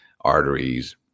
arteries